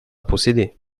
posséder